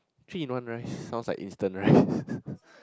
three in one rice sounds like instant rice